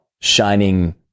shining